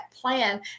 plan